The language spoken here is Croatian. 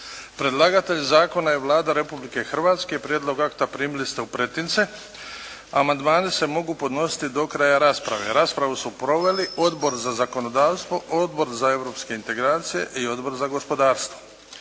Predlagatelj zakona je Vlada Republike Hrvatske. Prijedlog akta primili ste u pretince. Amandmani se mogu podnositi do kraja rasprave. Raspravu su proveli Odbor za zakonodavstvo, Odbor za europske integracije i Odbor za gospodarstvo.